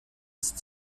ist